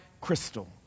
crystal